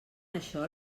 això